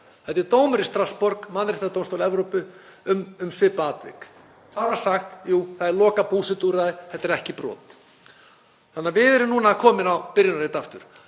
Það er dómur í Strassborg, hjá Mannréttindadómstóli Evrópu, um svipað atvik. Þar var sagt: Jú, það er lokað búsetuúrræði, þetta er ekki brot. Þannig að við erum núna komin á byrjunarreit aftur.